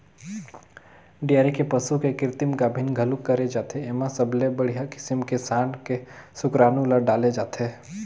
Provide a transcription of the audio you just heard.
dairy के पसू के कृतिम गाभिन घलोक करे जाथे, एमा सबले बड़िहा किसम के सांड के सुकरानू ल डाले जाथे